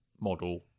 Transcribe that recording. model